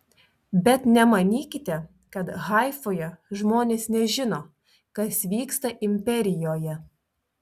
bet nemanykite kad haifoje žmonės nežino kas vyksta imperijoje